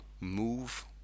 Move